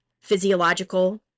physiological